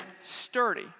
sturdy